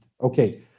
okay